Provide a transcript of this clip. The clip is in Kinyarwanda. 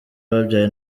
babyaye